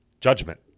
Judgment